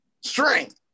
Strength